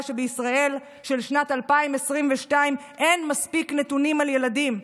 שבישראל של שנת 2022 אין מספיק נתונים על ילדים.